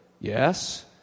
Yes